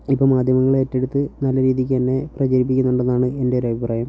ഇപ്പോൾ മാധ്യമങ്ങൾ ഏറ്റെടുത്ത് നല്ല രീതിയ്ക്ക് തന്നെ പ്രചരിപ്പിക്കുന്നുണ്ടെന്നാണ് എൻ്റെ ഒരു അഭിപ്രായം